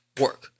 work